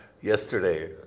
yesterday